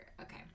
okay